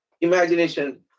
imagination